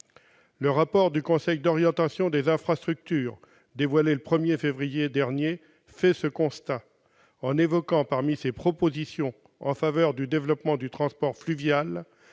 Le rapport du Conseil d'orientation des infrastructures dévoilé le 1 février dernier dresse ce constat, en évoquant, parmi les propositions en faveur du développement du transport fluvial,